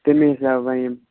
تَمی حِساب وَنیٛوم